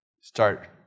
start